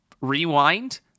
Rewind